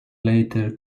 later